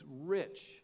rich